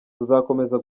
tuzakomeza